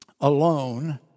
alone